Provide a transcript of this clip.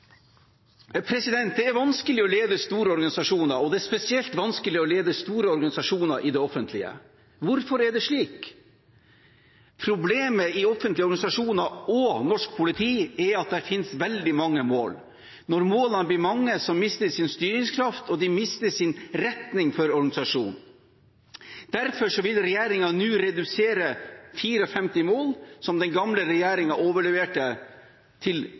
Det er vanskelig å lede store organisasjoner, og det er spesielt vanskelig å lede store organisasjoner i det offentlige. Hvorfor er det slik? Problemet i offentlige organisasjoner og norsk politi er at det finnes veldig mange mål. Når målene blir mange, mister de sin styringskraft, og de mister sin retning for organisasjonen. Derfor vil regjeringen nå redusere de 54 målene som den gamle regjeringen overleverte, til